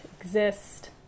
exist